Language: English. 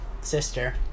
sister